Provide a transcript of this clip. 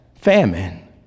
famine